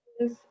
Yes